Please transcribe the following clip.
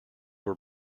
were